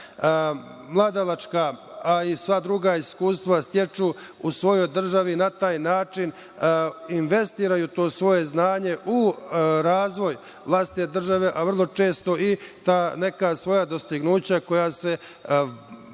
mladalačka, a i sva druga iskustva, stiču u svojoj državi i da na taj način investiraju svoje znanje u razvoj vlastite države, a vrlo često i ta neka svoja dostignuća koja se često